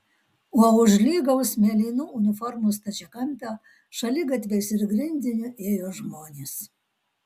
o už lygaus mėlynų uniformų stačiakampio šaligatviais ir grindiniu ėjo žmonės